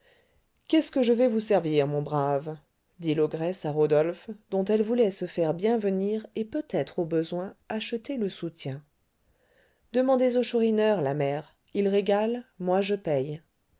qu'est-ce que je vais vous servir mon brave dit l'ogresse à rodolphe dont elle voulait se faire bien venir et peut-être au besoin acheter le soutien demandez au chourineur la mère il régale moi je paye